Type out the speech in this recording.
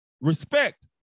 respect